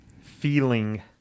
feeling